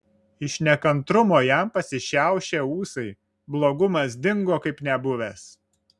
iš nekantrumo jam pasišiaušė ūsai blogumas dingo kaip nebuvęs